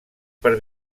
per